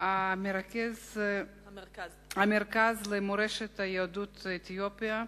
המרכז למורשת יהדות אתיופיה,